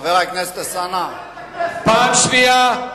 פעם שנייה.